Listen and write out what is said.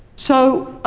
so,